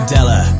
Della